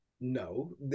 No